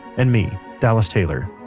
and me, dallas taylor,